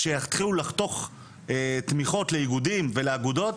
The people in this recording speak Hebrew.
כשיתחילו לחתוך תמיכות לאיגודים ולאגודות,